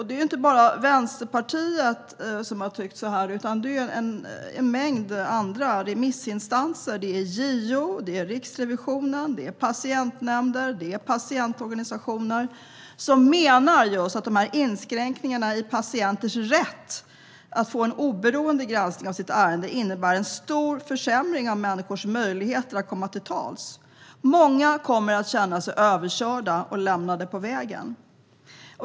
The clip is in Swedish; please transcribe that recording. Det är inte bara Vänsterpartiet som tycker det, utan det är även en mängd remissinstanser, som JO, Riksrevisionen, patientnämnder och patientorganisationer, som menar att dessa inskränkningar i patientens rätt att få en oberoende granskning av sitt ärende innebär en stor försämring av människors möjligheter att komma till tals. Många kommer att känna sig överkörda och lämnade på vägen.